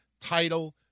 title